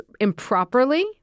improperly